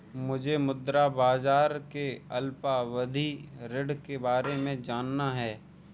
मुझे मुद्रा बाजार के अल्पावधि ऋण के बारे में जानना है